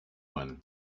one